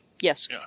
Yes